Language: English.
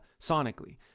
sonically